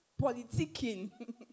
politicking